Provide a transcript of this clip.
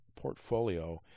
portfolio